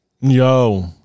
Yo